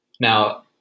Now